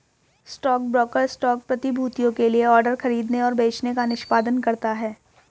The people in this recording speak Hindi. स्टॉकब्रोकर स्टॉक प्रतिभूतियों के लिए ऑर्डर खरीदने और बेचने का निष्पादन करता है